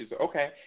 Okay